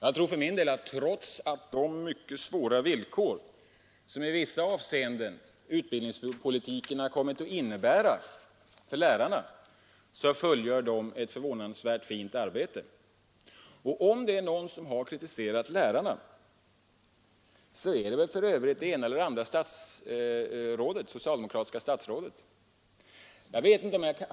Jag tror för min del att trots de mycket svåra villkor som utbildningspolitiken i vissa avseenden kommit att innebära för lärarna gör dessa ett förvånansvärt fint arbete. Om någon kritiserat lärarna är det väl för övrigt det ena eller det andra socialdemokratiska statsrådet.